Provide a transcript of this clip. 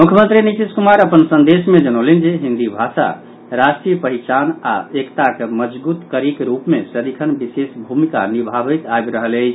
मुख्यमंत्री नीतीश कुमार अपन संदेश मे जनौलनि जे हिन्दी भाषा राष्ट्रीय पहचान आओर एकताक मजगूत कड़ीक रूप मे सदिखन विशेष भूमिका निभाबैत आबि रहल अछि